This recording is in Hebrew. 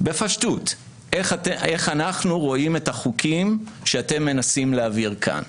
בפשטות איך אנחנו רואים את החוקים שאתם מנסים להעביר כאן: